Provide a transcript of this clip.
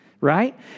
right